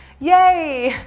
yay!